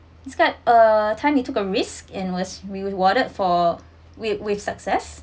describe a time you took a risk and was rewarded for with with success